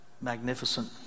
magnificent